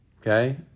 Okay